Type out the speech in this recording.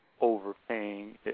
overpaying